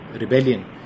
rebellion